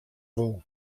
wol